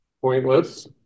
pointless